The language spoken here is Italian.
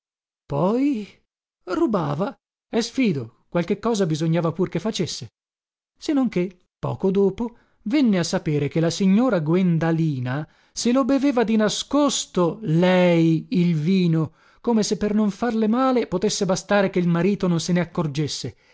poi rubava eh sfido qualche cosa bisognava pur che facesse se non che poco dopo venne a sapere che la signora guendalina se lo beveva di nascosto lei il vino come se per non farle male potesse bastare che il marito non se ne accorgesse